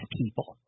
people